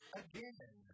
again